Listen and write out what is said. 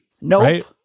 Nope